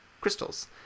crystals